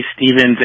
Stevens